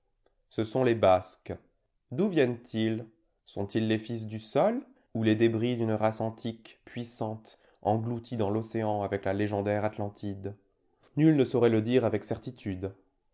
ce sont les basques d'où viennent-ils sont-ils les fils du sol ou les débris d'une race antique puissante engloutie dans l'océan avec la légendaire atlantide nul ne saurait le dire avec certitude